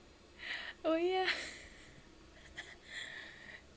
oh ya